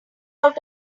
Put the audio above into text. out